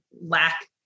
lack